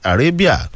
Arabia